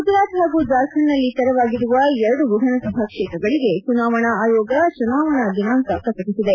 ಗುಜರಾತ್ ಹಾಗೂ ಜಾರ್ಖಂಡ್ನಲ್ಲಿ ತೆರವಾಗಿರುವ ಎರಡು ವಿಧಾನಸಭಾ ಕ್ಷೇತ್ರಗಳಿಗೆ ಚುನಾವಣಾ ಆಯೋಗ ಚುನಾವಣೆ ದಿನಾಂಕ ಪ್ರಕಟಿಸಿದೆ